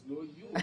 אז לא יהיו,